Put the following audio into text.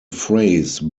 phrase